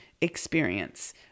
experience